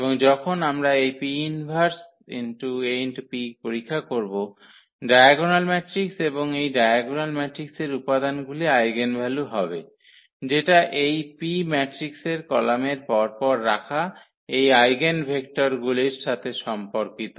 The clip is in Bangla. এবং যখন আমরা এই 𝑃−1AP পরীক্ষা করব সেটা ডায়াগোনাল ম্যাট্রিক্স এবং এই ডায়াগোনাল ম্যাট্রিক্সের উপাদানগুলি আইগেনভ্যালু হবে যেটা এই P ম্যাট্রিক্সের কলামের পরপর রাখা এই আইগেনভেক্টরগুলির সাথে সম্পর্কিত